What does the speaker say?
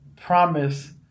promise